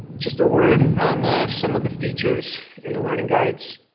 just a word on some of the features in the learning guides.